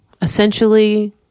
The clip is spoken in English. Essentially